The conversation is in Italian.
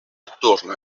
attorno